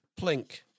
plink